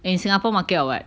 in Singapore market or [what]